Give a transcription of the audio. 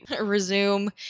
resume